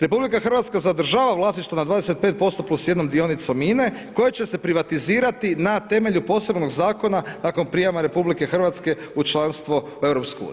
RH zadržava vlasništvo nad 25% plus jednom dionicom INA-e, koja će se privatizirati na temelju posebnog zakona, nakon prijema RH u članstvo u EU.